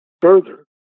Further